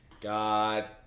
God